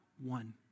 one